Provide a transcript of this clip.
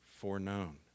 foreknown